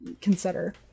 consider